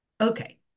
Okay